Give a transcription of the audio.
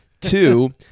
Two